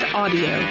audio